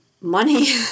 money